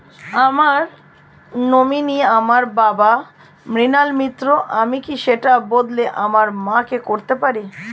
আমার নমিনি আমার বাবা, মৃণাল মিত্র, আমি কি সেটা বদলে আমার মা কে করতে পারি?